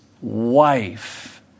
wife